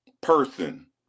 person